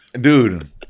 Dude